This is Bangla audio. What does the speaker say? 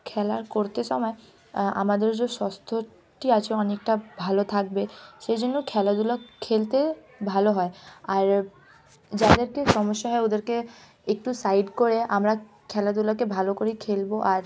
খেলা করতে সময় আমাদের যে স্বাস্থ্যটি আছে অনেকটা ভালো থাকবে সেই জন্য খেলাধুলা খেলতে ভালো হয় আর যাদেরকে সমস্যা হয় ওদেরকে একটু সাইড করে আমরা খেলাধুলাকে ভালো করেই খেলব আর